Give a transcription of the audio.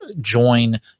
join